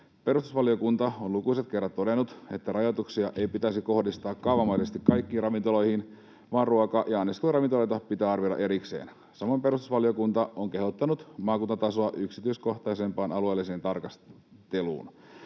perustusvaliokunta on lukuisat kerrat todennut, että rajoituksia ei pitäisi kohdistaa kaavamaisesti kaikkiin ravintoloihin, vaan ruoka‑ ja anniskeluravintoloita pitää arvioida erikseen. Samoin perustusvaliokunta on kehottanut maakuntatasoa yksityiskohtaisempaan alueelliseen tarkasteluun.